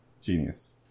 Genius